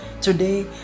Today